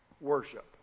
worship